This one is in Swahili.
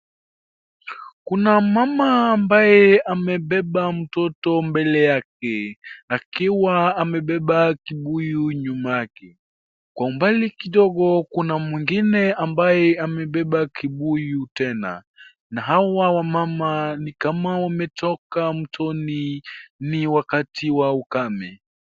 Kuna mama ambaye amebeba mtoto mbele yake, akiwa amebeba kibuyu nyuma yake. Kwa umbali kidogo kuna mwingine ambaye amebeba kibuyu tena. Na hawa wamama ni kama wametoka mtoni, ni wakati wa ukame.